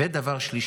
ודבר שלישי,